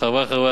חס ושלום.